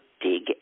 dig